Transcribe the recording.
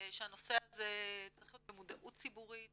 שהנושא הזה צריך להיות במודעות ציבורית,